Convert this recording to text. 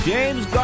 James